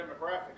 demographics